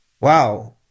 wow